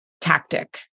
tactic